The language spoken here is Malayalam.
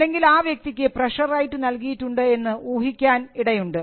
അല്ലെങ്കിൽ ആ വ്യക്തിക്ക് പ്രഷർ റൈറ്റ് നൽകിയിട്ടുണ്ട് എന്ന് ഊഹിക്കാൻ ഇടയുണ്ട്